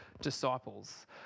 disciples